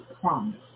promise